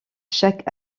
chaque